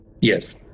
Yes